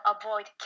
avoid